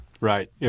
right